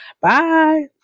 Bye